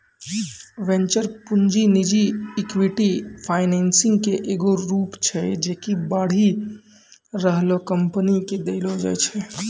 venture पूंजी निजी equity financing के एगो रूप छै जे कि बढ़ि रहलो कंपनी के देलो जाय छै